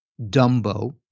Dumbo